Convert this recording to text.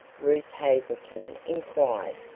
ruth hazelton inquired,